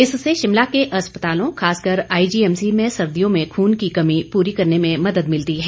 इससे शिमला के अस्पतालों खासकर आईजीएमसी में सर्दियों में खून की कमी पूरी करने में मदद मिलती है